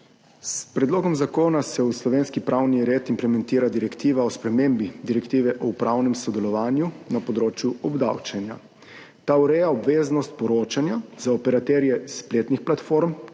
S predlogom zakona se v slovenski pravni red implementira Direktiva Sveta (EU) 2021/514 o spremembi direktive o upravnem sodelovanju na področju obdavčenja. Ta ureja obveznost poročanja za operaterje spletnih platform,